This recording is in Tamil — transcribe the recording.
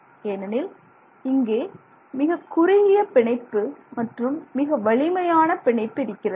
ஏனெனில் இங்கே மிகக்குறுகிய பிணைப்பு மற்றும் மிக வலிமையான பிணைப்பு இருக்கிறது